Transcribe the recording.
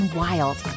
wild